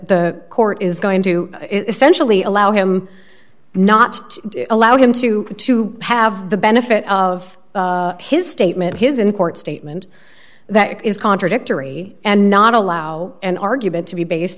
the court is going to essentially allow him not to allow him to to have the benefit of his statement his in court statement that is contradictory and not allow an argument to be based